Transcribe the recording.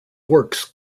works